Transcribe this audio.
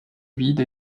vide